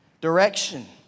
Direction